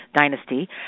dynasty